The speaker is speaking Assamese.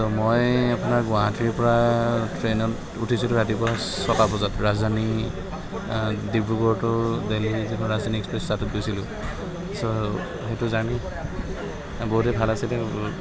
ত' মই আপোনাৰ গুৱাহাটীৰ পৰা ট্ৰেইনত উঠিছিলোঁ ৰাতিপুৱা ছটা বজাত ৰাজধানী ডিব্ৰুগড়টো দেল্হী যিখন ৰাজধানী এক্সপ্ৰেছ তাতে গৈছিলোঁ চ' সেইটো জাৰ্ণী বহুতেই ভাল আছিলে